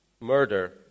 murder